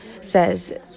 says